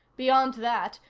beyond that,